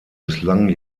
misslang